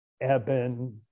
Eben